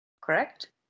correct